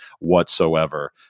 whatsoever